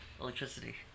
electricity